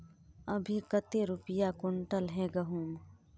अभी कते रुपया कुंटल है गहुम?